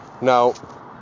Now